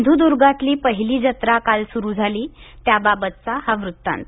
सिंधूदुर्गातली पहिली जत्रा काल सुरू झाली त्याबाबतचा हा वृत्तांत